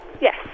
Yes